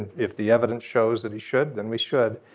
and if the evidence shows that he should then we should.